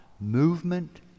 movement